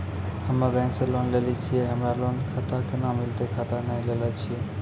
हम्मे बैंक से लोन लेली छियै हमरा लोन खाता कैना मिलतै खाता नैय लैलै छियै?